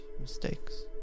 mistakes